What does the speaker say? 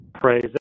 praise